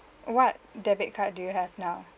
what debit card do you have now